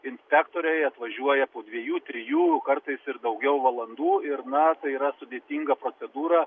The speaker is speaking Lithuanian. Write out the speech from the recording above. inspektoriai atvažiuoja po dviejų trijų kartais ir daugiau valandų ir na tai yra sudėtinga procedūra